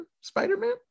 spider-man